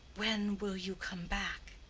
when will you come back?